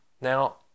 Now